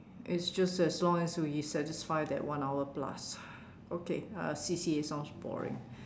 it's just as long as we satisfy that one hour plus okay uh C_C_A sounds boring